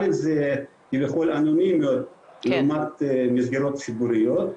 א', הן כביכול אנונימיות לעומת מסגרות ציבוריות,